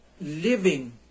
living